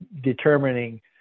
determining